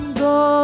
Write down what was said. go